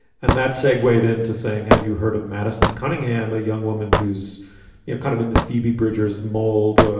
and that segue, wade, into saying, have you heard of madison cunningham, a young woman who's you know kind of in the phoebe bridgers mold? ah